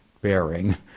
bearing